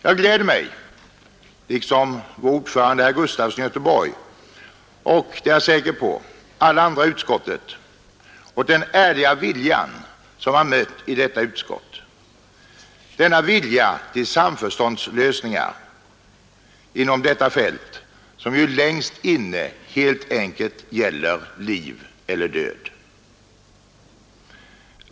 Jag gläder mig, liksom vår ordförande herr Gustafson i Göteborg och — det är jag säker på — alla andra i utskottet, åt den ärliga vilja som man mött i utskottet, denna vilja till samförståndslösningar inom detta fält som ju i själva verket helt enkelt gäller liv eller död.